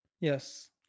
Yes